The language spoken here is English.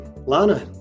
Lana